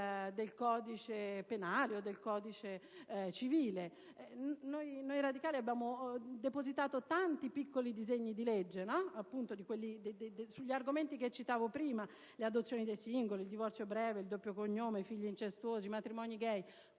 del codice penale o civile? Noi radicali abbiamo depositato tanti piccoli disegni di legge, ma sugli argomenti che citavo prima: l'adozione dei singoli, il divorzio breve, il doppio cognome, i figli incestuosi, i matrimoni *gay*.